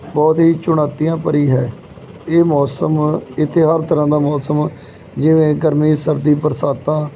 ਬਹੁਤ ਹੀ ਚੁਣੌਤੀਆਂ ਭਰੀ ਹੈ ਇਹ ਮੌਸਮ ਇੱਥੇ ਹਰ ਤਰ੍ਹਾ ਦਾ ਮੌਸਮ ਜਿਵੇਂ ਗਰਮੀ ਸਰਦੀ ਬਰਸਾਤਾਂ